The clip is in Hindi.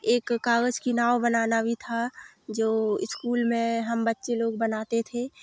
एक कागज़ की नाव बनाना भी था जो इस्कूल में हम बच्चे लोग बनाते थे